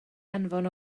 anfon